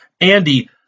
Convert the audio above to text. Andy